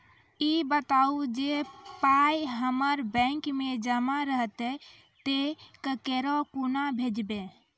ई बताऊ जे पाय हमर बैंक मे जमा रहतै तऽ ककरो कूना भेजबै?